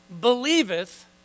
believeth